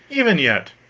even yet,